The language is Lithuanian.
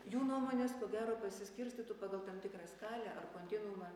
jų nuomonės ko gero pasiskirstytų pagal tam tikrą skalę ar kontinuumą